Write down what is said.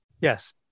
Yes